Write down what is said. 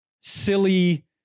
silly